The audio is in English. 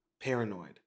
paranoid